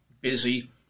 busy